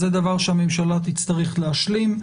זה דבר שהממשלה תצטרך להשלים.